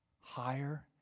higher